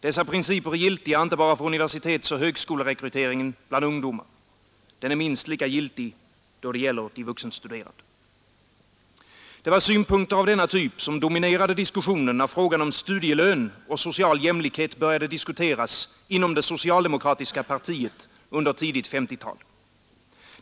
Dessa principer är giltiga inte bara för universitetsoch högskolerekryteringen bland ungdomar — de är minst lika giltiga då det gäller de vuxenstude rande. Det var synpunkter av denna typ som dominerade diskussionen när frågan om studielön och social jämlikhet började diskuteras inom det socialdemokratiska partiet under tidigt 1950-tal.